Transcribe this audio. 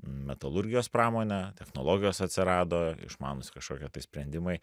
metalurgijos pramone technologijos atsirado išmanūs kažkokie tai sprendimai